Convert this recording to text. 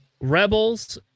rebels